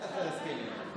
אל תפר הסכמים.